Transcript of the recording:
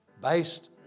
based